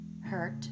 hurt